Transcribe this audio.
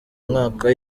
mwaka